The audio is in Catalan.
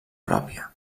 pròpia